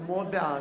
הוא מאוד בעד,